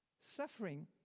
Suffering